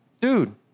Dude